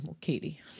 Katie